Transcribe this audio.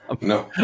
No